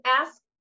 ask